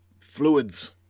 fluids